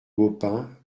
baupin